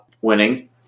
winning